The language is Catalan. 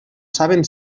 saben